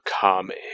kami